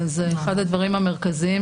זה אחד הדברים המרכזיים